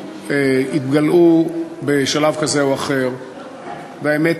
כאשר הייתה בעיה בדרום-סודאן,